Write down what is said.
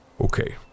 Okay